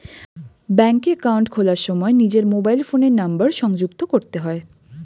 ব্যাঙ্কে অ্যাকাউন্ট খোলার সময় নিজের মোবাইল ফোনের নাম্বার সংযুক্ত করতে হয়